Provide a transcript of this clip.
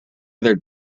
other